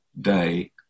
day